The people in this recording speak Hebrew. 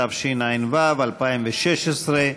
התשע"ו 2016,